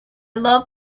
love